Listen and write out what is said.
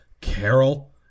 Carol